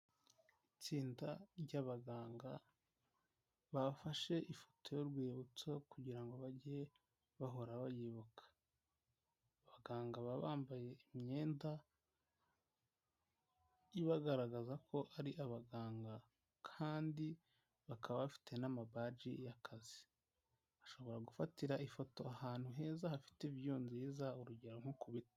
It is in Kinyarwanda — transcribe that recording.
Itsinda ry'abaganga bafashe ifoto y'urwibutso kugirango bajye bahora bayibuka, Abaganga baba bambaye imyenda ibagaragaza ko ari abaganga kandi bakaba bafite n'amabaji y'akazi, ashobora gufatira ifoto ahantu heza hafite viyu nziza urugero nko ku biti.